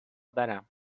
برم